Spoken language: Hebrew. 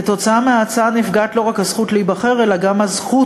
כתוצאה מההצעה נפגעת לא רק הזכות להיבחר אלא גם הזכות